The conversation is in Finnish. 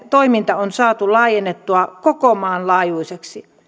toiminta on saatu laajennettua koko maan laajuiseksi